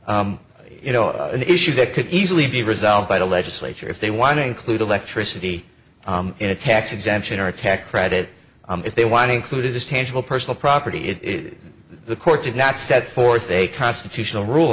clearly you know an issue that could easily be resolved by the legislature if they want to include electricity in a tax exemption or a tax credit if they want included as tangible personal property if the court did not set forth a constitutional rule